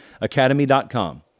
academy.com